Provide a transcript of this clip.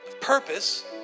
purpose